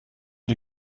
die